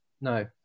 no